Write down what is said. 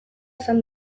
esan